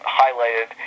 highlighted